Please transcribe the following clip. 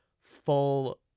full